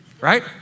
right